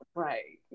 right